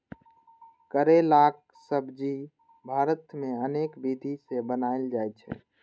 करैलाक सब्जी भारत मे अनेक विधि सं बनाएल जाइ छै